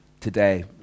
today